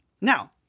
Now